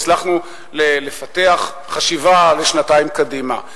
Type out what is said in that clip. הצלחנו לפתח חשיבה לשנתיים קדימה.